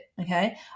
Okay